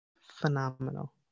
phenomenal